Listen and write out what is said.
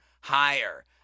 higher